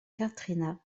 katrina